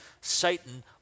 Satan